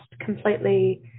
completely